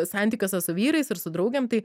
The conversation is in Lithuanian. santykiuose su vyrais ir su draugėm tai